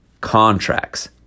contracts